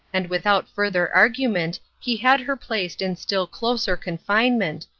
and without further argument he had her placed in still closer confinement,